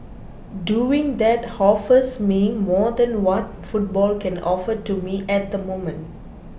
doing that offers me more than what football can offer to me at the moment